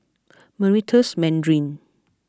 Meritus Mandarin